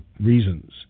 reasons